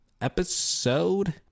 episode